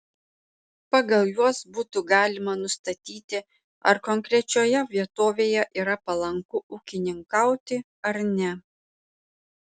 pagal juos būtų galima nustatyti ar konkrečioje vietovėje yra palanku ūkininkauti ar ne